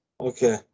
Okay